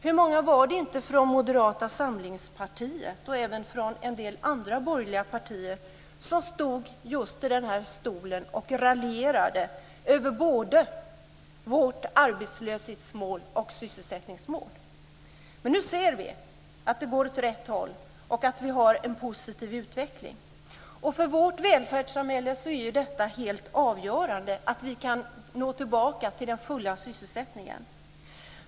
Hur många var det inte från Moderata samlingspartiet och även från en del andra borgerliga partier som stod just här i talarstolen och raljerade över både vårt arbetslöshetsmål och vårt sysselsättningsmål? Nu ser vi att det går åt rätt håll och att vi har en positiv utveckling. För vårt välfärdssamhälle är det helt avgörande att vi kan komma tillbaka till den fulla sysselsättningen.